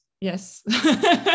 Yes